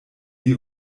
die